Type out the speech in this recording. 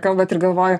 kalbat ir galvoju